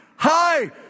Hi